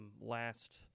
last